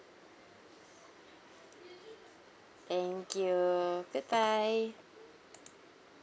thank you goodbye